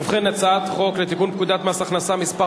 ובכן, הצעת חוק לתיקון פקודת מס הכנסה (מס'